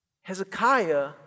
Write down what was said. Hezekiah